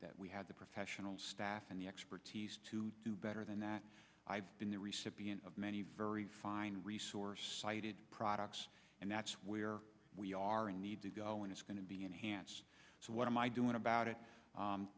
that we had the professional staff and the expertise to do better than that i've been the recipient of many very fine resource cited products and that's where we are in need to go and it's going to be enhanced so what am i doing about it